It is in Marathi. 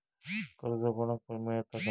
कर्ज कोणाक पण मेलता काय?